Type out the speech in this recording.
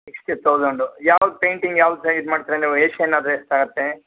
sixty thousand ಯಾವ್ದು painting ಯಾವ್ದು ಇದು ಮಾಡ್ತೀರಾ ನೀವು ಏಷಿಯನ್ ಆದರೆ ಎಷ್ಟು ಆಗುತ್ತೆ